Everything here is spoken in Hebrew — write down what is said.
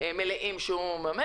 מלאים שהוא מממן.